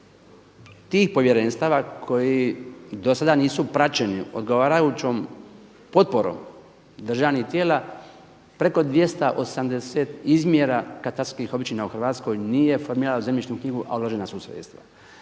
tih povjerenstava koji do sada nisu praćeni odgovarajućom potporom državnih tijela, preko 280 izmjera katastarskih općina u Hrvatskoj nije formirano u zemljišnu knjigu, a uložena su sredstva.